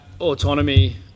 autonomy